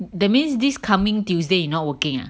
that means this coming tuesday you not working ah